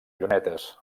llunetes